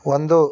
ಒಂದು